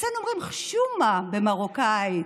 אצלנו אומרים "חשומה", במרוקאית.